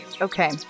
Okay